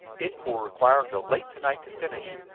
it will require until late to-night to finish.